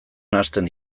nahasten